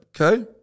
Okay